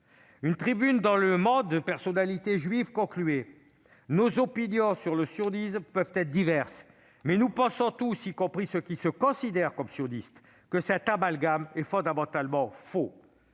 Une tribune parue dans et signée par des personnalités juives concluait :« Nos opinions sur le sionisme peuvent être diverses, mais nous pensons tous, y compris ceux qui se considèrent comme sionistes, que cet amalgame est fondamentalement faux. »